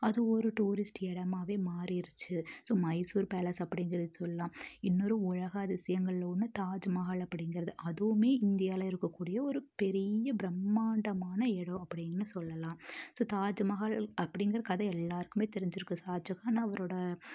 அது ஒரு டூரிஸ்ட் இடமாவே மாறிடிச்சு ஸோ மைசூர் பேலஸ் அப்படிங்குறது சொல்லாம் இன்னொரு உலக அதிசயங்கள்ல ஒன்று தாஜ்மஹால் அப்படிங்குறது அதுவுமே இந்தியாவுல இருக்கக்கூடிய ஒரு பெரிய பிரம்மாண்டமான இடம் அப்படின்னு சொல்லலாம் ஸோ தாஜ்மஹால் அப்படிங்குற கதை எல்லாருக்குமே தெரிஞ்சிருக்கும் ஷாஜஹான் அவரோடய